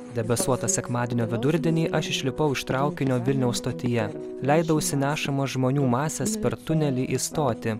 debesuotą sekmadienio vidurdienį aš išlipau iš traukinio vilniaus stotyje leidausi nešamas žmonių masės per tunelį į stotį